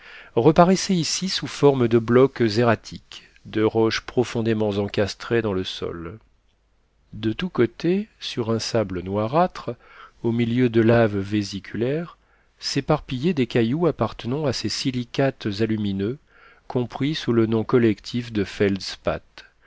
reparaissait ici sous forme de blocs erratiques de roches profondément encastrées dans le sol de tous côtés sur un sable noirâtre au milieu de laves vésiculaires s'éparpillaient des cailloux appartenant à ces silicates alumineux compris sous le nom collectif de